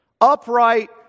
upright